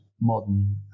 modern